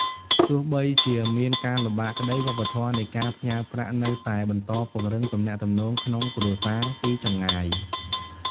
ទោះបីជាមានការលំបាកក្ដី វប្បធម៌នៃការផ្ញើប្រាក់នៅតែបន្តពង្រឹងទំនាក់ទំនងក្នងគ្រួសារពីចម្ងាយ។